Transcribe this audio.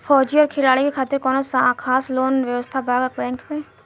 फौजी और खिलाड़ी के खातिर कौनो खास लोन व्यवस्था बा का बैंक में?